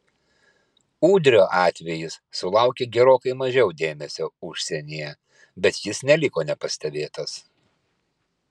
udrio atvejis sulaukė gerokai mažiau dėmesio užsienyje bet jis neliko nepastebėtas